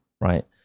Right